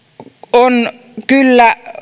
on kyllä